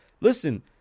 Listen